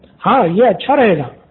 student 6 हाँ ये अच्छा रहेगा